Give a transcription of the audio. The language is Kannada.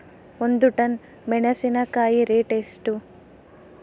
ಒಂದು ಟನ್ ಮೆನೆಸಿನಕಾಯಿ ರೇಟ್ ಎಷ್ಟು?